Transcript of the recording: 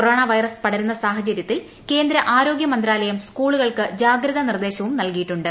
corona virus പടരുന്ന സാഹചര്യത്തിൽ കേന്ദ്ര ആരോഗ്യമന്ത്രാലയം സ് കൂളുകൾക്ക് ജാഗ്രതാനിർദ്ദേശവു നൽകിയിട്ടുണ്ട്